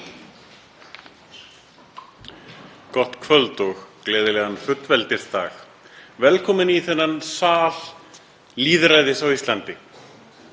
Gott kvöld og gleðilegan fullveldisdag. Velkomin í þennan sal lýðræðis á Íslandi